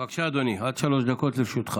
בבקשה, אדוני, עד שלוש דקות לרשותך.